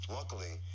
Luckily